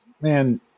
man